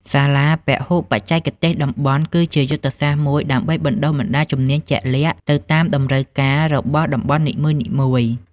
សាលាពហុបច្ចេកទេសតំបន់ គឺជាយុទ្ធសាស្ត្រមួយដើម្បីបណ្តុះបណ្តាលជំនាញជាក់លាក់ទៅតាមតម្រូវការរបស់តំបន់នីមួយៗ។